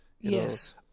Yes